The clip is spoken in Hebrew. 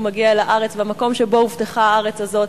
מגיע אל הארץ והמקום שבו הובטחה הארץ הזאת.